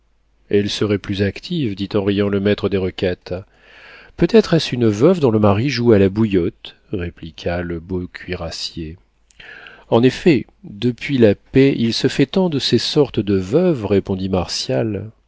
elle serait plus active dit en riant le maître des requêtes peut-être est-ce une veuve dont le mari joue à la bouillotte répliqua le beau cuirassier en effet depuis la paix il se fait tant de ces sortes de veuves répondit martial